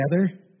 together